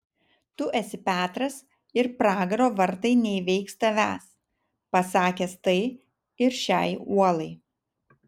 tu esi petras ir pragaro vartai neįveiks tavęs pasakęs tai ir šiai uolai